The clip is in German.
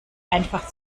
einfach